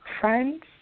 Friends